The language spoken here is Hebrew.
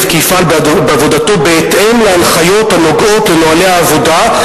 כי יפעל בעבודתו בהתאם להנחיות הנוגעות לנוהלי העבודה",